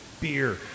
beer